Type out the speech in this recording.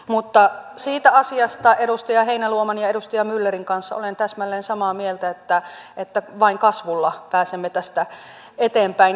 mutta siitä asiasta olen edustaja heinäluoman ja edustaja myllerin kanssa täsmälleen samaa mieltä että vain kasvulla pääsemme tästä eteenpäin